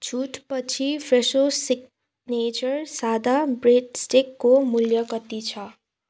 छुट पछि Fresho signature सादा ब्रेड स्टिक को मूल्य कति छ